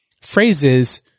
phrases